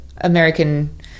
american